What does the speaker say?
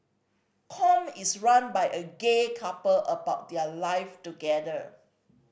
Com is run by a gay couple about their live together